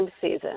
season